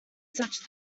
such